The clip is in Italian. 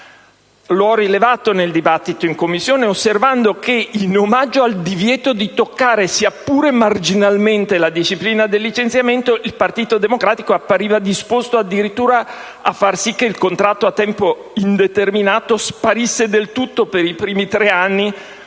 L'ho rilevato nel dibattito in Commissione, osservando che, in omaggio al divieto di toccare, sia pure marginalmente, la disciplina del licenziamento, il Partito Democratico appariva disposto addirittura a far sì che il contratto a tempo indeterminato sparisse del tutto per i primi tre anni